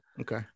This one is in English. Okay